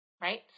Right